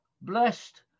Blessed